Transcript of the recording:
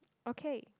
okay